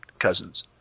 cousins